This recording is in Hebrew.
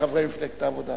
מחברי מפלגת העבודה.